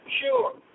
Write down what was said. sure